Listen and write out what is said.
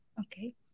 Okay